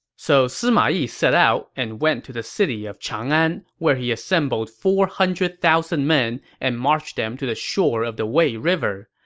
so sima yi set out and went to the city of chang'an, where he assembled four hundred thousand men and marched them to the shore of the wei river.